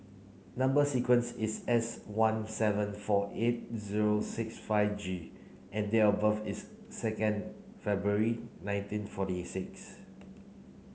number sequence is S one seven four eight zero six five G and date of birth is second February nineteen forty six